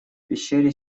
пещере